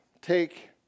take